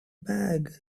bag